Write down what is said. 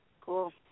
Cool